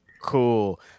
cool